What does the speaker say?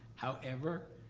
however,